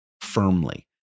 firmly